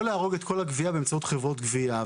הגבייה באמצעות חברות גבייה.